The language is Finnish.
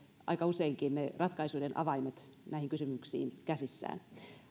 aika useinkin ratkaisuiden avaimet näihin kysymyksiin käsissään